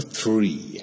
three